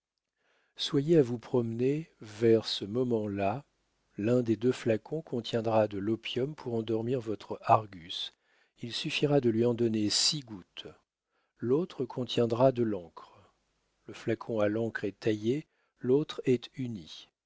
soyez à vous promener vers ce moment-là l'un des deux flacons contiendra de l'opium pour endormir votre argus il suffira de lui en donner six gouttes l'autre contiendra de l'encre le flacon à l'encre est taillé l'autre est uni